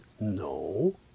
no